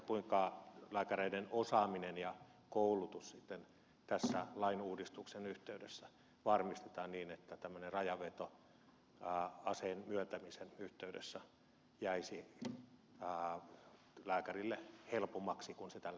kuinka lääkäreiden osaaminen ja koulutus tässä lainuudistuksen yhteydessä varmistetaan niin että tämmöinen rajanveto aseen myöntämisen yhteydessä tulisi lääkärille helpommaksi kuin se tällä hetkellä ehkä on